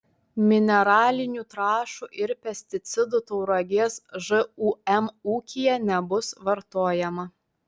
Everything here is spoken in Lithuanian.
mineralinių trąšų ir pesticidų tauragės žūm ūkyje nebus vartojama